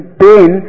pain